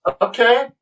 Okay